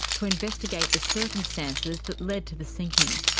to investigate the circumstances that led to the sinking.